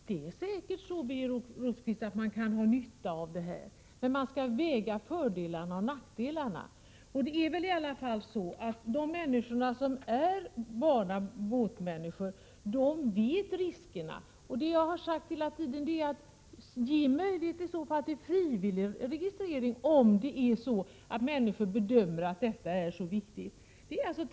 Fru talman! Det är säkert så att man kan ha nytta av registreringen, Birger Rosqvist. Men man skall väga fördelarna och nackdelarna mot varandra. De människor som är vana båtmänniskor känner till vilka risker som föreligger. Jag har hela tiden sagt, att om man bedömer att detta är så viktigt, skall man ge människor möjlighet till frivillig registrering.